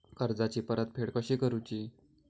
कर्जाची परतफेड कशी करूची?